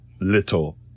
little